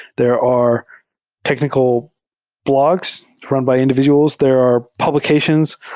there are technical blogs run by individuals. there are publications,